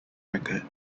record